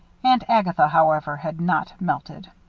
aunt agatha, however, had not melted.